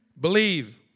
believe